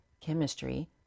chemistry